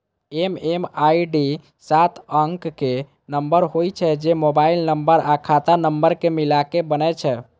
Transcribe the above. MMID सात अंकक नंबर होइ छै, जे मोबाइल नंबर आ खाता नंबर कें मिलाके बनै छै